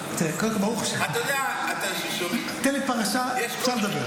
קודם כול, ברוך השם, תן לי פרשה, אפשר לדבר.